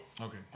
Okay